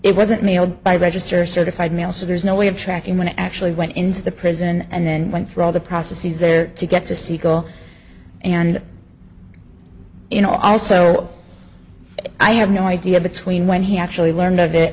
it wasn't mailed by register certified mail so there's no way of tracking when i actually went into the prison and then went through all the processes there to get to siegel and in also i have no idea between when he actually learned of it